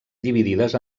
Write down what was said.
dividides